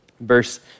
verse